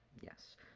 Yes